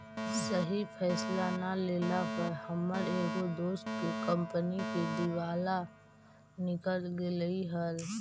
सही फैसला न लेला पर हमर एगो दोस्त के कंपनी के दिवाला निकल गेलई हल